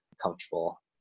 comfortable